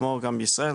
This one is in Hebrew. כמו גם בישראל,